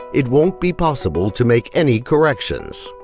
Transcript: it won't be possible to make any corrections.